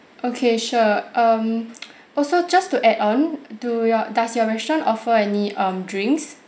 okay sure um also just to add on do your does your restaurant offer any um drinks